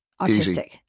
autistic